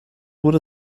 wurde